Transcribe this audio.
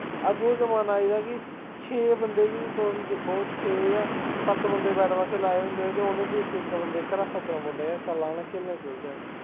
अज्ज ओह् जमाना आई दा कि छे बंदे बी तुस दिक्खो छे जां सत्त बंदे बैट बॉल खेढा दे होंदे ते उ'नें ई बी इक इक घरा सद्दना पौंदा चल आ ना खेढने ई चलचै